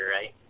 right